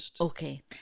okay